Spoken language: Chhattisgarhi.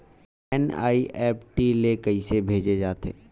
एन.ई.एफ.टी ले कइसे भेजे जाथे?